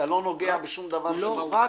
תיגע בשום דבר שבמחלוקת.